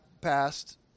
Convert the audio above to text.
passed